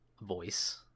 voice